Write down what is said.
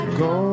go